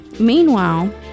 Meanwhile